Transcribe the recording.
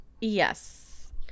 Yes